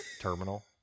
terminal